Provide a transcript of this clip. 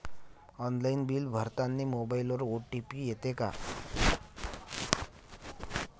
Online bill भरतानी मोबाईलवर OTP येते का?